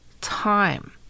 time